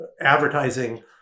advertising